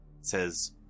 says